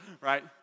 right